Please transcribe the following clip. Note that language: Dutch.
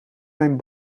mijn